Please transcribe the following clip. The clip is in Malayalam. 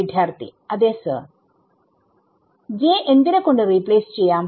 വിദ്യാർത്ഥി അതേ സർ J എന്തിനെ കൊണ്ട് റീപ്ലേസ് ചെയ്യാം